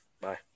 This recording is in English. Bye